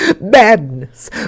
Madness